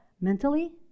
mentally